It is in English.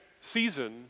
season